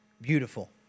Beautiful